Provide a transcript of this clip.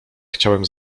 chciałem